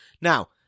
Now